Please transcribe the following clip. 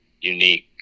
unique